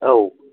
औ